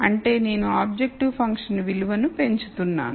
అంటే నేను objective function విలువను పెంచుతున్నాను